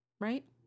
Right